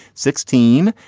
sixteen.